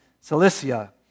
Cilicia